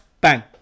Bang